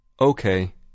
Okay